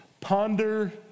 Ponder